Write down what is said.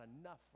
enough